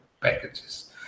packages